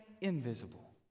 invisible